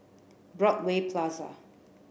Broadway Plaza